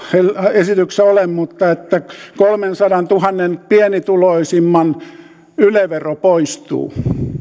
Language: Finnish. esityksessä ole että kolmensadantuhannen pienituloisimman yle vero poistuu